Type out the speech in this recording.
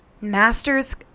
Masters